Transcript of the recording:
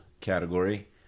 category